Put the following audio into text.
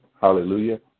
Hallelujah